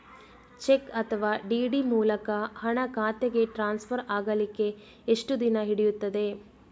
Check ಅಥವಾ DD ಮೂಲಕ ಹಣ ಖಾತೆಗೆ ಟ್ರಾನ್ಸ್ಫರ್ ಆಗಲಿಕ್ಕೆ ಎಷ್ಟು ದಿನ ಹಿಡಿಯುತ್ತದೆ?